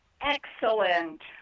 Excellent